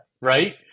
right